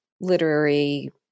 literary